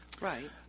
Right